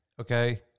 Okay